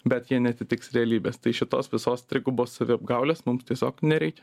bet jie neatitiks realybės tai šitos visos trigubos saviapgaulės mums tiesiog nereikia